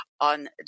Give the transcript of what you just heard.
on